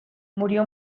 murió